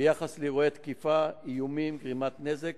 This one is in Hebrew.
ביחס לאירועי תקיפה, איומים וגרימת נזק